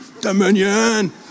dominion